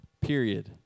period